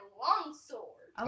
longsword